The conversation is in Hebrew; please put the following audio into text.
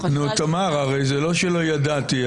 תמר, הרי זה לא שלא ידעתי.